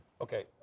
Okay